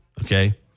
okay